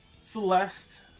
Celeste